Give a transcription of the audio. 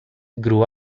grew